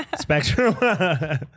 Spectrum